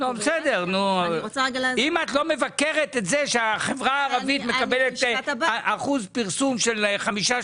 אם את לא מבקרת את זה שהחברה הערבית מקבלת אחוז פרסום של 5%,